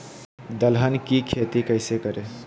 दलहन की खेती कैसे करें?